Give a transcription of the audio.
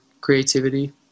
creativity